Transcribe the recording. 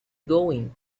going